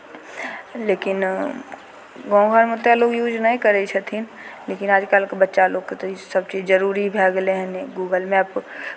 लेकिन गाँव घरमे तऽ लोक यूज नहि करै छथिन लेकिन आजकलके बच्चा लोकके तऽ ई सभचीज जरूरी भए गेलै हने गूगल मैप